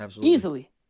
easily